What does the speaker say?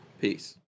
Peace